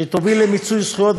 שתוביל למיצוי זכויות,